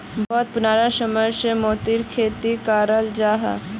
बहुत पुराना समय से मोतिर खेती कराल जाहा